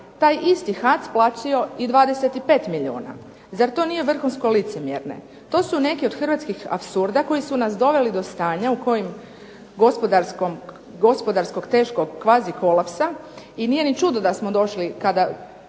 taj isti HAC platio i 25 milijuna. Zar to nije vrhunsko licemjerje? To su neke od hrvatskih apsurda koji su nas doveli do stanja u kojem gospodarskog teškog kvazi kolapsa i nije ni čudo da smo došli kada